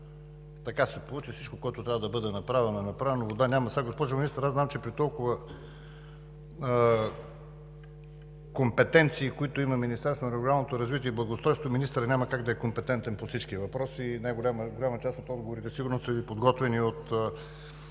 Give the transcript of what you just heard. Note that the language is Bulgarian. Така се получи. Всичко, което трябва да бъде направено, е направено, но вода няма. Госпожо Министър, аз знам, че при толкова компетенции, които има Министерството на регионалното развитие и благоустройството, министърът няма как да е компетентен по всички въпроси и голяма част от отговорите сигурно са Ви подготвени от